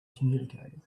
communicating